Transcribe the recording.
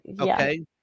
Okay